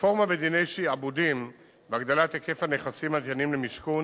רפורמה בדיני שעבודים והגדלת היקף הנכסים הניתנים למשכון,